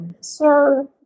Sir